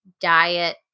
diet